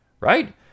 right